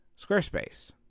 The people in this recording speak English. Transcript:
Squarespace